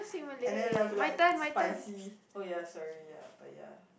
and then I'll be like spicy oh ya sorry ya but ya